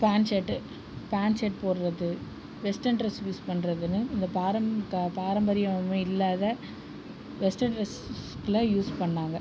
pant shirt pant shirt போடுறது western dress use பண்ணுறதுன்னு இந்த பாரம்பரியம் பாரம்பரியமே இல்லாத வெஸ்டென் ட்ரெஸ்லாம் யூஸ் பண்ணிணாங்க